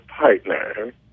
partner